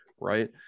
right